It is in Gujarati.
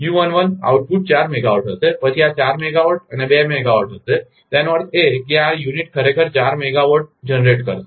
u11 આઉટપુટ ચાર મેગાવાટ હશે પછી ચાર મેગાવાટ અને બે મેગાવાટ હશે તેનો અર્થ એ કે આ એકમ ખરેખર ચાર મેગાવાટ ઉત્પન્ન કરશે